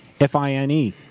F-I-N-E